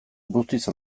guztiz